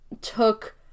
took